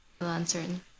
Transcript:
uncertain